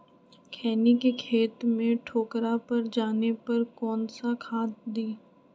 खैनी के खेत में ठोकरा पर जाने पर कौन सा खाद दी?